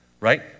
right